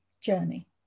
journey